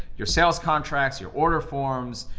your sales contracts, your order forms.